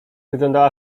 wyglądała